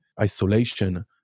isolation